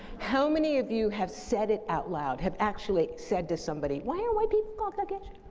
how many of you have said it out loud, have actually said to somebody, why are white people called caucasian?